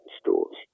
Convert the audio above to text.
stores